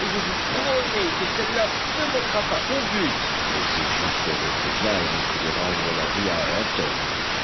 et je vous promets que celle-là ne manquera pas son but mais ces justes représailles ne pouvaient rendre la vie à ayrton